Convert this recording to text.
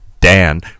Dan